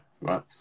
right